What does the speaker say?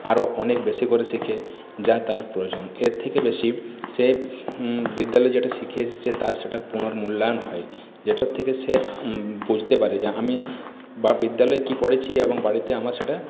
আরও অনেক বেশি করে শেখে যা তার প্রয়োজন এর থেকে বেশি সে বিদ্যালয়ে যেটা শিখে এসেছে তার সেটা পুনর্মূল্যায়ন হয় যেটার থেকে সে বুঝতে পারে যে আমি বা বিদ্যালয়ে কী পড়েছি এবং বাড়িতে আমার সেটা